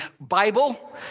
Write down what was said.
Bible